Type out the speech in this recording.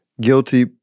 guilty